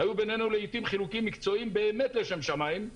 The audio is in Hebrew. לעיתים היו בינינו חילוקים מקצועיים באמת לשם שמים.